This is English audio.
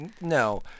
No